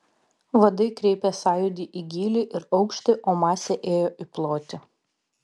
vadai kreipė sąjūdį į gylį ir aukštį o masė ėjo į plotį